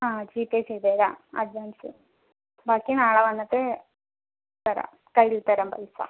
ആ ജീപേയ് ചെയ്ത് തരാം അഡ്വാൻസ് ബാക്കി നാളെ വന്നിട്ട് തരാം കയ്യിൽ തരാം പൈസ